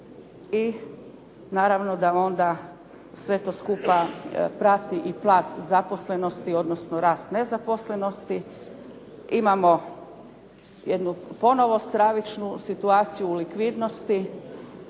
i naravno da onda sve to skupa prati i pad zaposlenosti odnosno rast nezaposlenosti. Imamo jednu ponovo stravičnu situaciju u likvidnosti.